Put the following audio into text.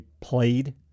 played